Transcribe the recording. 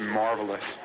marvelous